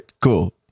cool